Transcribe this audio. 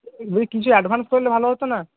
বলছি কিছু অ্যাডভ্যান্স করলে ভালো হত না